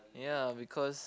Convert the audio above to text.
ya because